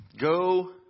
go